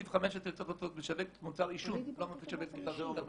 סעיף 15 צריך להיות "משווק מוצר עישון" ולא משווק "מוצרי טבק".